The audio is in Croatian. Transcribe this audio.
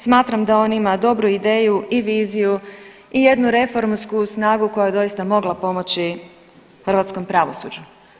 Smatram da on ima dobru ideju i viziju i jednu reformsku snagu koja doista mogla pomoći hrvatskom pravosuđu.